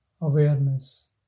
awareness